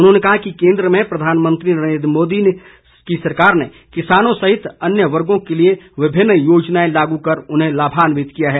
उन्होंने कहा कि केंद्र में प्रधानमंत्री नरेन्द्र मोदी सरकार ने किसानों सहित अन्य वर्गों के लिए विभिन्न योजनाएं लागू कर उन्हें लाभान्वित किया है